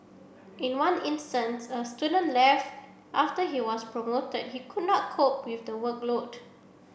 in one instance a student left after he was promoted he could not cope with the workload